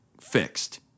fixed